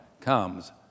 comes